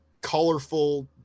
colorful